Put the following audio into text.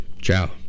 Ciao